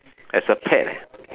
as a pet eh